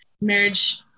marriage